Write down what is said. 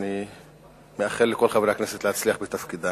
ואני מאחל לכל חברי הכנסת להצליח בתפקידם